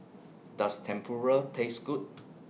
Does Tempura Taste Good